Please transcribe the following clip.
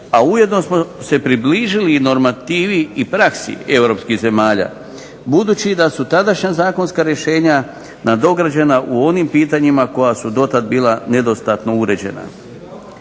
a ujedno smo se približili i normativi i praksi Europskih zemalja. Budući da su tadašnja zakonska rješenja nadograđena u onim pitanjima koja su do tada bila nedostatno uređena.